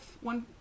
one